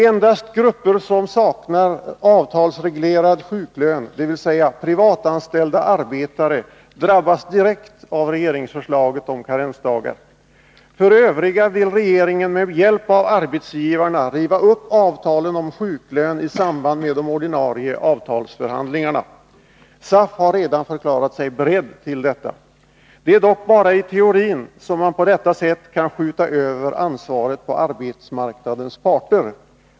Endast grupper som saknar avtalsreglerad sjuklön, dvs. privatanställda arbetare, drabbas direkt av regeringsförslaget om karendagar. För övriga vill regeringen med hjälp av arbetsgivarna riva upp avtalen om sjuklön i samband med de ordinarie avtalsförhandlingarna. SAF har redan förklarat sig beredd till detta. Det är dock bara i teorin som man på detta sätt kan skjuta över ansvaret på arbetsmarknadens parter.